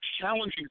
challenging